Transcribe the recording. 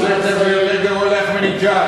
ואתה, לאחמדינג'אד.